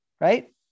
right